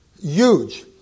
Huge